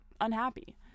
unhappy